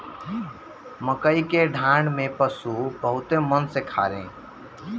मकई के डाठ भी पशु बहुते मन से खाने